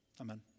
Amen